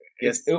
Yes